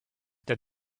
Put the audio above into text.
that